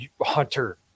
hunter